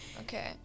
Okay